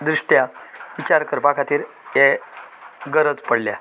दृश्ट्या विचार करपा खातीर हे गरज पडल्या